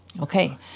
Okay